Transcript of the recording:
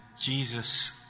Jesus